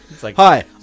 Hi